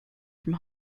from